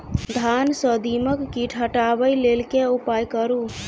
धान सँ दीमक कीट हटाबै लेल केँ उपाय करु?